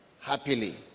happily